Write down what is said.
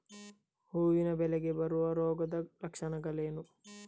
ಹೂವಿನ ಬೆಳೆಗೆ ಬರುವ ರೋಗದ ಲಕ್ಷಣಗಳೇನು?